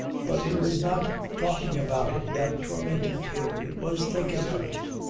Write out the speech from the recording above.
but it was not talking about it that tormented him. it was thinking of it.